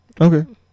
Okay